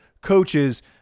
coaches